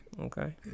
Okay